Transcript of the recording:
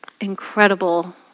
incredible